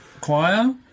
choir